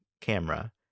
camera